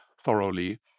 thoroughly